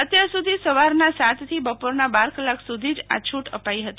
અત્યાર સુધી સવારના સાતથી બપોરના બાર કલાક સુધી જ આ છૂટ અપાઈ છે